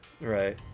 right